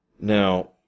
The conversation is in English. Now